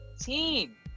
team